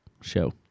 show